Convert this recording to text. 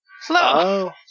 Hello